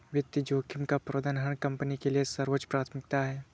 वित्तीय जोखिम का प्रबंधन हर कंपनी के लिए सर्वोच्च प्राथमिकता है